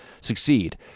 succeed